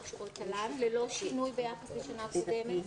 שעות תל"ן ללא שינוי ביחס לשנה קודמת.